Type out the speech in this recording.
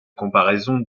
comparaison